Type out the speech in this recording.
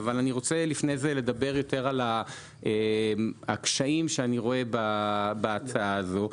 אני רוצה לדבר יותר על הקשיים שאני רואה בהצעה הזו.